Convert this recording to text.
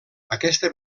aquesta